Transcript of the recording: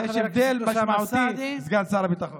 יש הבדל משמעותי, סגן שר הביטחון.